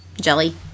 jelly